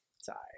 Sorry